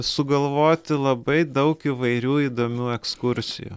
sugalvoti labai daug įvairių įdomių ekskursijų